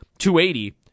280